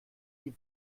die